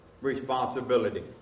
responsibility